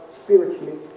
spiritually